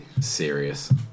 serious